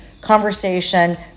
conversation